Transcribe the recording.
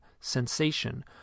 sensation